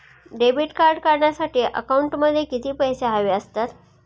Debit card काढण्यासाठी अकाउंटमध्ये किती पैसे हवे असतात?